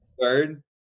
Third